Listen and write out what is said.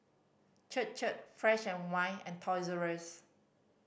Chir Chir Fresh and White and Toys R Us